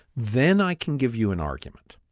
then i can give you an argument.